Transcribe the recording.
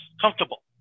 comfortable